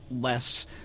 less